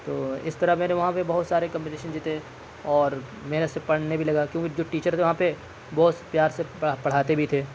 تو اس طرح میں نے وہاں پہ بہت سارے کمپیٹیشن جیتے اور محنت سے پڑھنے بھی لگا کیونکہ جو ٹیچر تھے وہاں پہ بہت پیار سے پڑھاتے بھی تھے